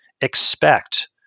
expect